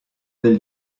del